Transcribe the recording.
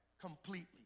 Completely